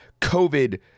COVID